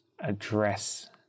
address